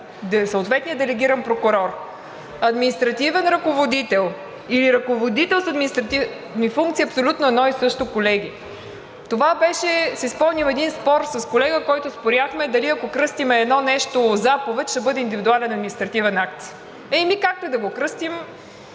съответния делегиран прокурор административен ръководител или ръководител с административни функции, е абсолютно едно и също, колеги. Това беше, спомням си един спор с колега, с който спорихме дали, ако кръстим едно нещо заповед, ще бъде индивидуален административен акт. Еми, както и да го кръстим,